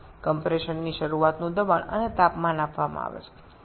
সংকোচন এর শুরুতে চাপ এবং তাপমাত্রা দেওয়া হয়